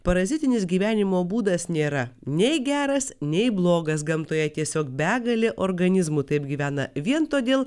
parazitinis gyvenimo būdas nėra nei geras nei blogas gamtoje tiesiog begalė organizmų taip gyvena vien todėl